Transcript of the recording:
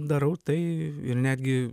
darau tai ir netgi